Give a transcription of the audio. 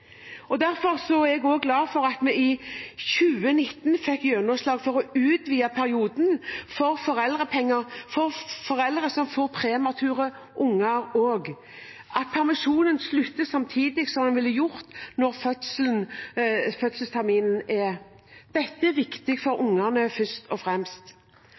Derfor er jeg også glad for at vi i 2019 fikk gjennomslag for å utvide perioden for foreldrepenger for foreldre som får premature barn – at permisjonen slutter samtidig som den ville ha gjort ifølge fødselsterminen. Dette er først og fremst viktig for